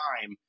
time